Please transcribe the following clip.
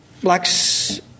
Blacks